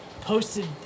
posted